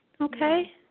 Okay